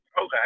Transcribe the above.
Okay